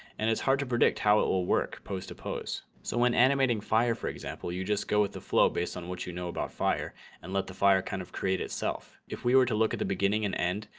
and it's hard to predict how it will work post a pose. so when animating fire for example. you just go with the flow based on what you know about fire and let the fire kind of create itself. if we were to look at the beginning and end,